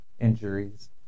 injuries